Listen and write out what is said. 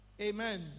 Amen